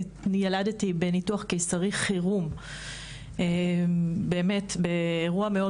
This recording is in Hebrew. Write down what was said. ילדתי בניתוח קיסרי חירום באירוע מאוד